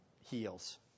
heals